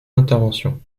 intervention